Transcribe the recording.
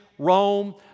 Rome